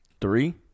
Three